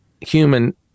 human